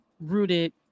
rooted